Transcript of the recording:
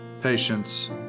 patience